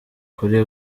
kuri